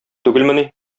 түгелмени